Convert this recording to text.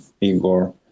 Igor